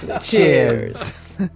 Cheers